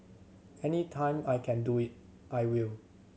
any time I can do it I will